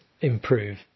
improve